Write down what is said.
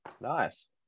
Nice